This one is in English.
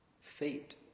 fate